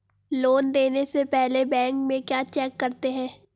Loan देने से पहले बैंक में क्या चेक करते हैं?